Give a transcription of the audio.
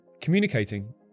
communicating